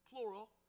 plural